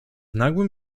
nagłym